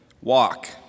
Walk